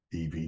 EV